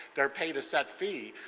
they are paid a set fee.